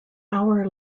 hour